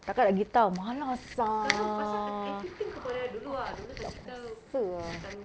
tak akan nak pergi town malas ah tak ada masa ah